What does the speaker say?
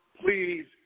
please